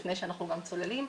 לפני שאנחנו גם צוללים.